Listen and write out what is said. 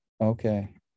Okay